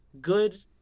good